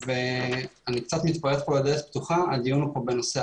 חזר למשרד